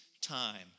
time